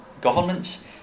governments